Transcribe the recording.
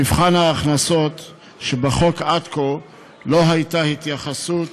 במבחן ההכנסות שבחוק עד כה לא הייתה התייחסות